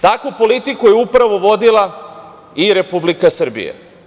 Takvu politiku je upravo vodila i Republika Srbija.